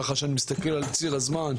כשאני מסתכל על ציר הזמן,